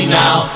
now